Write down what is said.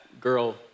girl